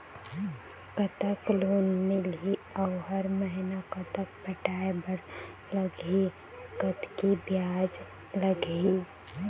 कतक लोन मिलही अऊ हर महीना कतक पटाए बर लगही, कतकी ब्याज लगही?